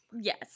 yes